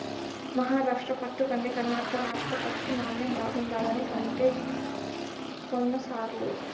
మహారాష్ట్ర పట్టు కంటే కర్ణాటక రాష్ట్ర పట్టు నాణ్ణెం బాగుండాదని పంటే కొన్ల సారూ